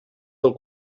del